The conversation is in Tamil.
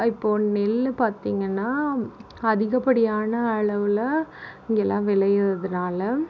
இப்போது நெல் பார்த்திங்கன்னா அதிகப்படியான அளவில் இங்கெலாம் விளையிறதினால